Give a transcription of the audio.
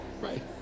right